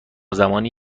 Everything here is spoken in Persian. زمانی